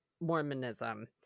Mormonism